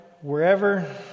Wherever